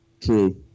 True